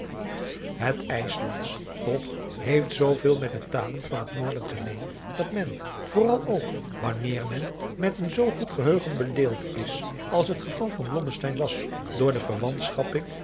het ijslandsch toch heeft zooveel met de talen van het noorden gemeen dat men vooral ook wanneer men met een zoo goed geheugen bedeeld is als het geval van blommesteyn was door de